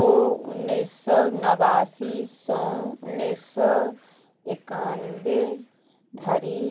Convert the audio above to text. ओ उनैस सओ नवासीसँ उनैस सओ एकानवे धरि